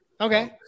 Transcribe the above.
Okay